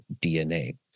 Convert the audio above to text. DNA